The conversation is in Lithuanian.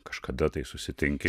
kažkada tai susitinki